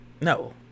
No